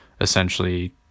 essentially